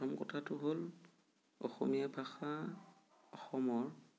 প্ৰথম কথাটো হ'ল অসমীয়া ভাষা অসমৰ